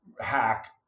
hack